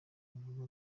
rugunga